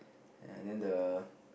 and then the